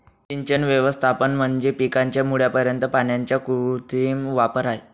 सिंचन व्यवस्थापन म्हणजे पिकाच्या मुळापर्यंत पाण्याचा कृत्रिम वापर आहे